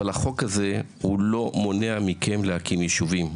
אבל החוק הזה הוא לא מונע מכם להקים יישובים,